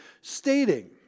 stating